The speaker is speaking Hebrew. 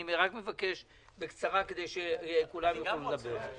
אני רק מבקש בקצרה, כדי שכולם יוכלו לדבר.